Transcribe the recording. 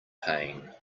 pain